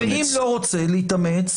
ואם הוא לא רוצה להתאמץ,